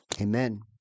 Amen